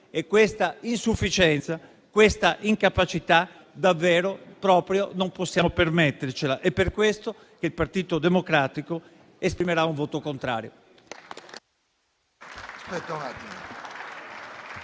E questa insufficienza e questa incapacità davvero non possiamo permetterle. Per questo il Partito Democratico esprimerà un voto contrario.